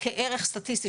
כערך סטטיסטי,